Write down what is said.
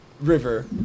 River